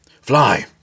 Fly